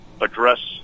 address